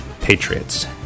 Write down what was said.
Patriots